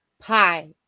Pie